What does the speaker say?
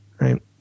right